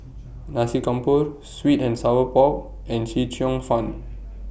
Nasi Campur Sweet and Sour Pork and Chee Cheong Fun